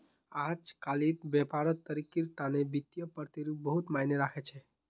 अजकालित व्यापारत तरक्कीर तने वित्तीय प्रतिरूप बहुत मायने राख छेक